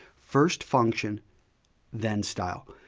first function than style.